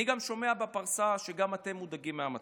אני שומע בפרסה שגם אתם מודאגים מהמצב.